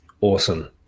Awesome